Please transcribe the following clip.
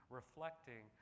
reflecting